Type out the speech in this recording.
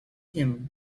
him